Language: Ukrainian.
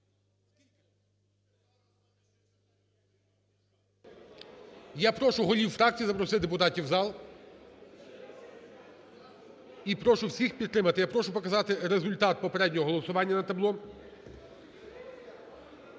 Я прошу голів фракцій запросити депутатів у зал і прошу всіх підтримати. Я прошу показати результат попереднього голосування на табло.